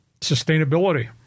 sustainability